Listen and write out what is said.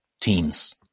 teams